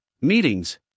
meetings